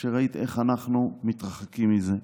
כשראית איך אנחנו מתרחקים מזה.